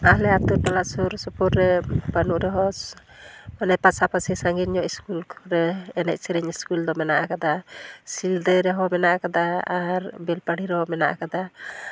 ᱟᱞᱮ ᱟᱹᱛᱩ ᱴᱚᱞᱟ ᱥᱩᱨ ᱥᱩᱯᱩᱨ ᱨᱮ ᱵᱟᱹᱱᱩᱜ ᱨᱮᱦᱚᱸ ᱟᱞᱮ ᱯᱟᱥᱟ ᱯᱟᱹᱥᱤ ᱥᱟᱺᱜᱤᱧ ᱧᱚᱜ ᱤᱥᱠᱩᱞ ᱨᱮ ᱮᱱᱮᱡ ᱥᱮᱨᱮᱧ ᱤᱥᱠᱩᱞ ᱫᱚ ᱢᱮᱱᱟᱜ ᱠᱟᱫᱟ ᱥᱤᱞᱫᱟᱹ ᱨᱮᱦᱚᱸ ᱢᱮᱱᱟᱜ ᱠᱟᱫᱟ ᱟᱨ ᱵᱮᱞᱯᱟᱹᱦᱟᱹᱲᱤ ᱨᱮᱦᱚᱸ ᱢᱮᱱᱟᱜ ᱠᱟᱫᱟ